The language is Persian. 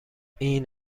این